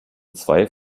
zwei